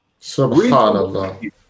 Subhanallah